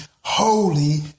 holy